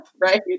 Right